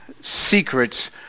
secrets